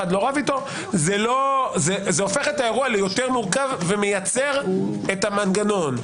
זה הופך את האירוע ליותר מורכב ומייצר את המנגנון.